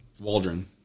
Waldron